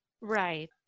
Right